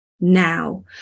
Now